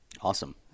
Awesome